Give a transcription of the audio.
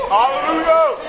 Hallelujah